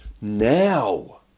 Now